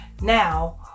Now